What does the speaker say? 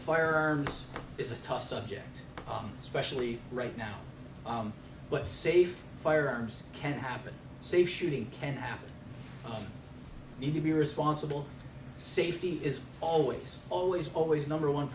firearms is a tough subject especially right now but safe firearms can happen safe shooting can happen need to be responsible safety is always always always number one